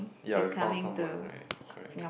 ya we found someone right correct